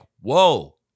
Whoa